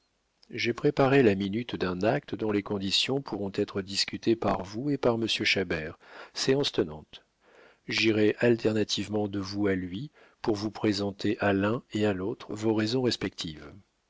j'ai préparé la minute d'un acte dont les conditions pourront être discutées par vous et par monsieur chabert séance tenante j'irai alternativement de vous à lui pour vous présenter à l'un et à l'autre vos raisons respectives